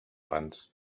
pans